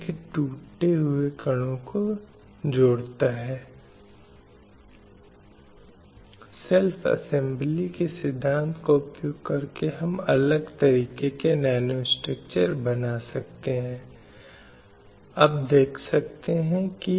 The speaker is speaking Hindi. कानून से पहले और उस छोर की ओर सभी व्यक्तियों की समान सुरक्षा होनी चाहिए समाज में मौजूद किसी भी प्रकार की मनमानी या भेदभावपूर्ण प्रथाओं को समाप्त किया जाना चाहिए